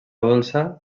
dolça